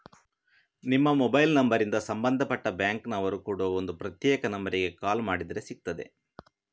ನಿಮ್ಮ ಮೊಬೈಲ್ ನಂಬರಿಂದ ಸಂಬಂಧಪಟ್ಟ ಬ್ಯಾಂಕಿನ ಅವರು ಕೊಡುವ ಒಂದು ಪ್ರತ್ಯೇಕ ನಂಬರಿಗೆ ಕಾಲ್ ಮಾಡಿದ್ರೆ ಸಿಗ್ತದೆ